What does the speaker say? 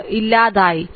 ഇത് ഇല്ലാതായി